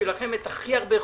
בשבילכם הכי הרבה חוקים.